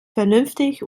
vernünftig